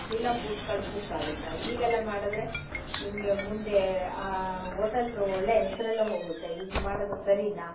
ಇಲ್ಲ ಫುಡ್ ಕಳಿಸ್ಲಿಕ್ಕಾಗತ್ತ ಹೀಗೆಲ್ಲ ಮಾಡಿದ್ರೆ ನಿಮಗೆ ಮುಂದೆ ಓಟಲ್ದು ಒಳ್ಳೆಯ ಹೆಸ್ರೆಲ್ಲ ಹೋಗುತ್ತೆ ಹಿಂಗ್ ಮಾಡೋದು ಸರೀನಾ